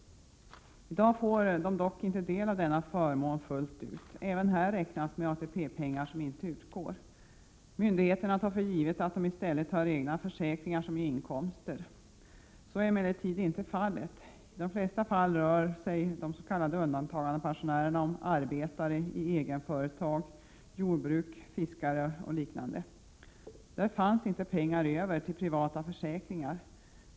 I dag får de dock inte del av denna förmån fullt ut. Även här räknas med ATP-pengar som inte utgår. Myndigheterna tar för givet att dessa pensionärer i stället har egna försäkringar som ger inkomster. Så är emellertid inte fallet. I de flesta fall har de s.k. undantagandepensionärerna varit arbetare i egenföretag eller jordbruk, fiskare och liknande. Det fanns då inte pengar över till privata försäkringar.